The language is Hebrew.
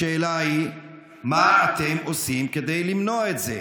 השאלה היא מה אתם עושים כדי למנוע את זה?